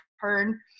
turn